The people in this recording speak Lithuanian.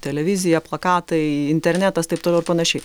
televizija plakatai internetas taip toliau ir panašiai